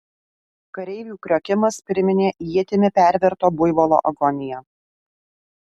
kareivių kriokimas priminė ietimi perverto buivolo agoniją